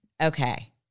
Okay